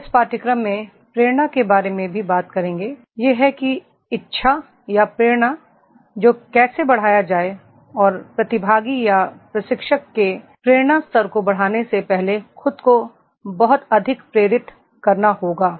हम इस पाठ्यक्रम में प्रेरणा के बारे में भी बात करेंगे यह है कि इच्छा या प्रेरणा को कैसे बढ़ाया जाए और प्रतिभागी या प्रशिक्षक के प्रेरणा स्तर को बढ़ाने से पहले खुद को बहुत अधिक प्रेरित करना होगा